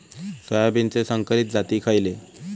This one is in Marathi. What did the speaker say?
सोयाबीनचे संकरित जाती खयले?